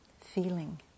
feeling